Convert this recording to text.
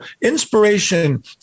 inspiration